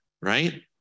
right